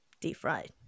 deep-fried